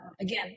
again